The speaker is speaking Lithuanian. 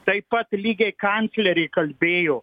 taip pat lygiai kancleriai kalbėjo